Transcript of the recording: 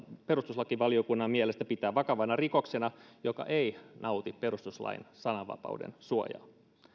perustuslakivaliokunnan mielestä pitää vakavana rikoksena joka ei nauti perustuslain sananvapauden suojaa